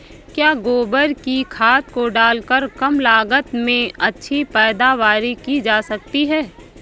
क्या गोबर की खाद को डालकर कम लागत में अच्छी पैदावारी की जा सकती है?